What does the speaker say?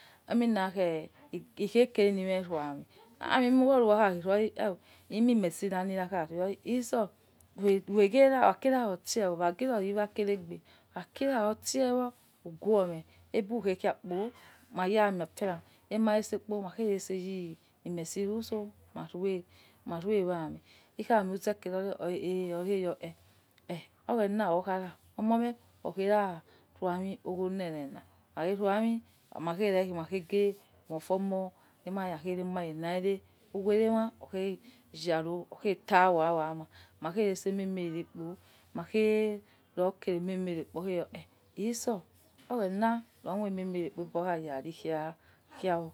Emie na khe eghe kere lime ru a' amin ime mesina likhokha ru a amin iso rughe era okha kira oitse wo wa kere egbe ughuome ubu khege khai kpo iyela ya miefera ema itse kpo maya itse miseri useh urue maru wamin, a' amin uza kere ron oshe eh oghero oghena okara omome oghera rua'amin oghole rena, ukhaghe rua' amin maghe re maghe mo ofoomo lima ya ghe rema mare liare kughere ma oghere maghe yaro oghe towa owa mania maghe ru kere ehieme rere kpo oghena lomay lmai rubo kpo